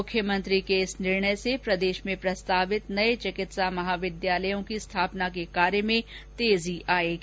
मुख्यमंत्री के इस निर्णय से प्रदेश में प्रस्तावित नए चिकित्सा महाविद्यालयों की स्थापना के कार्य में तेजी आएगी